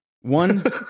One